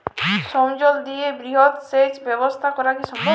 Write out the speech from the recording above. ভৌমজল দিয়ে বৃহৎ সেচ ব্যবস্থা করা কি সম্ভব?